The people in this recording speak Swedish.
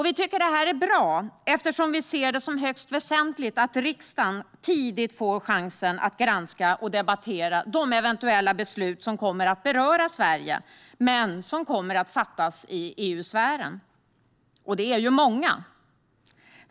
Vi tycker att det är bra, eftersom vi ser det som högst väsentligt att riksdagen tidigt får chansen att granska och debattera de eventuella beslut som kommer att beröra Sverige men som kommer att fattas i EU-sfären. De är många.